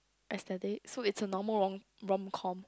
as that date so it's a normal rom~ romcom